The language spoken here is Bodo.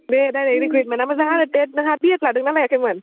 बे डाइरेक्ट रिक्रुइटमेन्टआ मोजां आरो टेट नोंहा बि एड लादोंना लायाखैमोन